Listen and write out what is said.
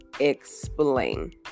explain